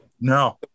no